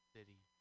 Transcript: City